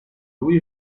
lui